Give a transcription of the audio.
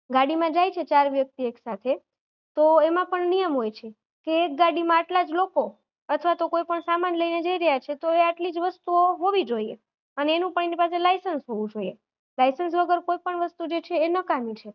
ગાડીમાં જાય છે ચાર વ્યક્તિ એકસાથે તો એમાં પણ નિયમ હોય છે કે એક ગાડીમાં આટલા જ લોકો અથવા તો કોઈપણ સામાન લઈને જઈ રહ્યાં છે તો એ આટલી જ વસ્તુઓ હોવી જોઈએ અને એનું પણ એની પાસે લાઇસન્સ હોવું જોઈએ લાઈસન્સ વગર કોઈપણ વસ્તુ જે છે એ નકામી છે